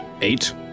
eight